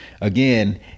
again